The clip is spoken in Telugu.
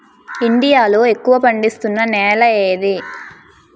ఇండియా లో ఎక్కువ పండిస్తున్నా నేల ఏది?